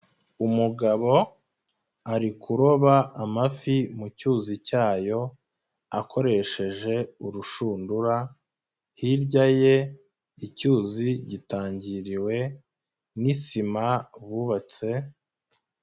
Umugabo ari kuroba amafi mu cyuzi cyayo akoresheje urushundura, hirya ye icyuzi gitangiriwe n'isima bubatse.